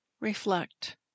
Reflect